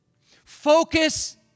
Focus